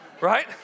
Right